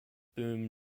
boom